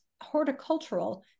horticultural